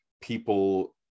people